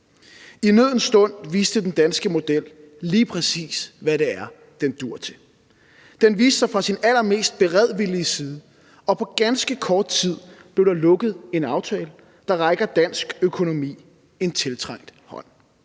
I nødens stund viste den danske model lige præcis, hvad det er, den duer til. Den viste sig fra sin allermest beredvillige side, og på ganske kort tid blev der lukket en aftale, der rækker dansk økonomi en tiltrængt hånd,